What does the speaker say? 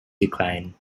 decline